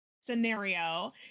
scenario